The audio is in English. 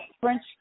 French